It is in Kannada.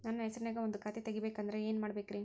ನನ್ನ ಹೆಸರನ್ಯಾಗ ಒಂದು ಖಾತೆ ತೆಗಿಬೇಕ ಅಂದ್ರ ಏನ್ ಮಾಡಬೇಕ್ರಿ?